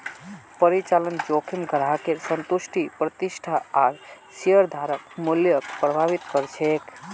परिचालन जोखिम ग्राहकेर संतुष्टि प्रतिष्ठा आर शेयरधारक मूल्यक प्रभावित कर छेक